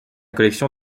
collection